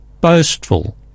boastful